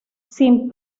sin